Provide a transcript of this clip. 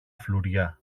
φλουριά